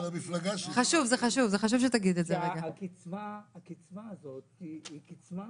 הקצבה הזאת, היא קצבה